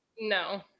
no